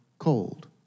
cold